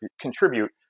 contribute